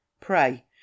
Pray